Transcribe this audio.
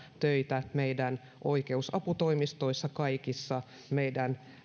töitä oikeusaputoimistoissa kaikissa